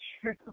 true